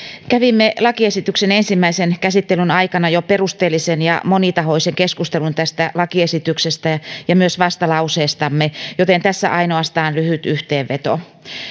kävimme lakiesityksen ensimmäisen käsittelyn aikana jo perusteellisen ja monitahoisen keskustelun tästä lakiesityksestä ja ja myös vastalauseestamme joten tässä ainoastaan lyhyt yhteenveto